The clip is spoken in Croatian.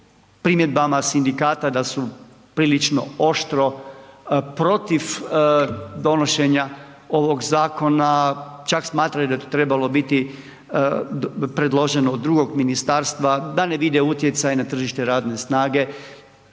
primjedbama sindikata da su prilično oštro protiv donošenja ovog zakona, čak smatraju da bi trebalo biti predloženo od drugog ministarstva, da ne vide utjecaj na tržište radne snage.